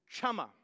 Chumma